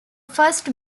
first